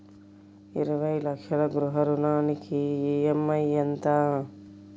ఇరవై లక్షల గృహ రుణానికి ఈ.ఎం.ఐ ఎంత?